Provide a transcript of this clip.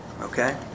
okay